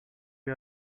you